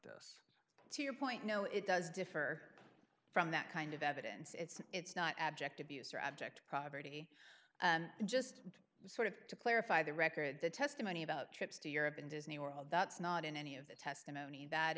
w to your point no it does differ from that kind of evidence it's it's not abject abuse or abject poverty just sort of to clarify the record the testimony about trips to europe in disney world that's not in any of the testimony that